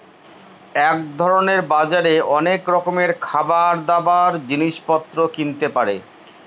এক ধরনের বাজারে অনেক রকমের খাবার, দাবার, জিনিস পত্র কিনতে পারে